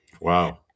Wow